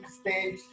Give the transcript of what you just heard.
stage